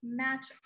match